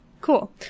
Cool